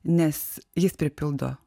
nes jis pripildo